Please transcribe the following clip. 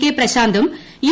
K പ്രശാന്തും U